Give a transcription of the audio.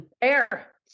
air